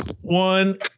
one